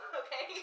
okay